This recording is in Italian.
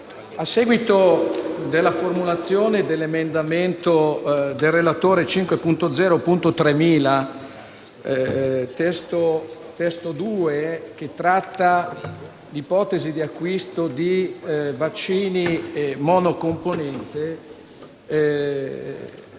a seguito della formulazione dell'emendamento del relatore 5.0.3000 (testo 2), che tratta l'ipotesi di acquisto di vaccini monocomponente,